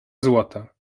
złota